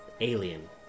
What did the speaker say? alien